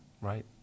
right